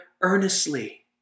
earnestly